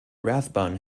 rathbun